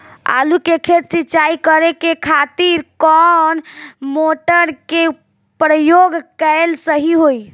आलू के खेत सिंचाई करे के खातिर कौन मोटर के प्रयोग कएल सही होई?